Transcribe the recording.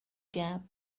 gap